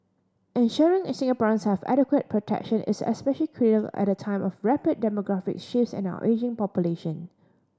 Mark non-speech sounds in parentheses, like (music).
ensuring Singaporeans have adequate protection is especially (unintelligible) at a time of rapid demographic shifts and our ageing population